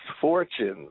fortunes